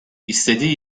istediği